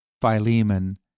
Philemon